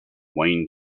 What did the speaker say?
wayne